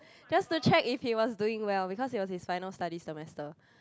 just to check if he was doing well because it was his final study semester